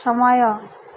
ସମୟ